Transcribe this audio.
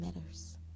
matters